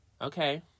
Okay